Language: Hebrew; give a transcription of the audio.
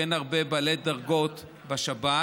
כי אין הרבה בעלי דרגות בשב"ס,